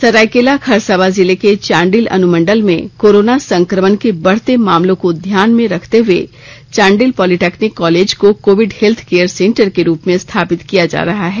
सरायकेला खरसावां जिले के चांडिल अनुमंडल में कोरोना संकमण के बढ़ते मामलों को ध्यान में रखते हुए चांडिल पॉलिटेक्निक कॉलेज को कोविंड हेल्थ केयर सेंटर के रूप में स्थापित किया जा रहा है